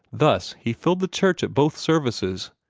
thus he filled the church at both services,